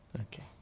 Okay